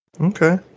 Okay